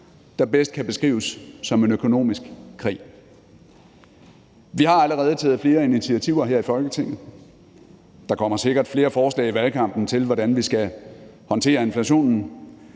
der bedst kan beskrives som en økonomisk krig. Vi har allerede taget flere initiativer her i Folketinget, og der kommer sikkert flere forslag i valgkampen til, hvordan vi skal håndtere inflationen,